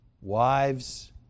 wives